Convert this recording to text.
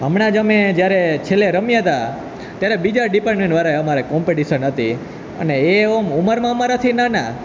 હમણાં જ અમે જ્યારે છેલ્લે રમ્યા હતાં ત્યારે બીજા ડિપાર્ટમેન્ટ વાળાએ અમારે કોમ્પિટિશન હતી અને એ ઓમ ઉમરમાં અમારાથી નાના